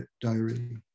diary